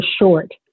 short